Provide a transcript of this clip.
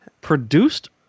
Produced